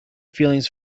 feelings